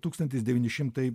tūkstantis devyni šimtai